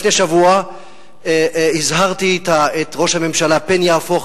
לפני שבוע הזהרתי את ראש הממשלה פן יהפוך